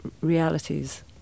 realities